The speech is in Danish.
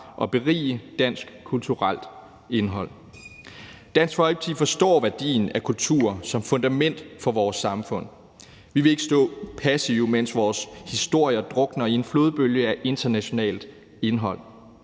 og berige dansk kulturelt indhold. Dansk Folkeparti forstår værdien af kultur som fundament for vores samfund. Vi vil ikke stå passive, mens vores historier drukner i en flodbølge af internationalt indhold.